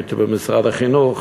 הייתי במשרד החינוך.